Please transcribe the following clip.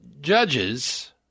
judges